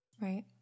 Right